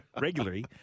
regularly